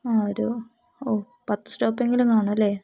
ആ ഒരു ഓ പത്ത് സ്റ്റോപ്പ് എങ്കിലും കാണും അല്ലേ